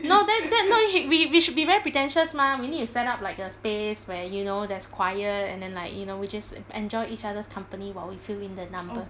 no then then not eh we we should be very pretentious mah we need to set up like a space where you know there's quiet and then like you know we just enjoy each other's company while we fill in the numbers